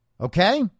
Okay